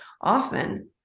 often